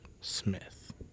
Smith